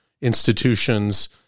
institutions